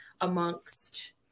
amongst